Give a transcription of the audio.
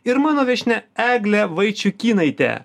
ir mano viešnia eglė vaičiukynaitė